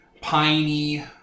piney